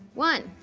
one.